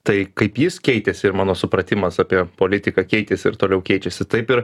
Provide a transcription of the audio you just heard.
tai kaip jis keitėsi ir mano supratimas apie politiką keitėsi ir toliau keičiasi taip ir